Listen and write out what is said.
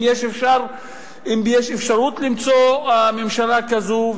אם יש אפשרות למצוא ממשלה כזו,